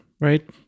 right